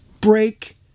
break